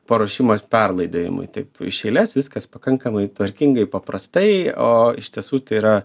paruošimas perlaidojimui taip iš eilės viskas pakankamai tvarkingai paprastai o iš tiesų tai yra